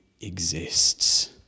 exists